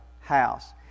house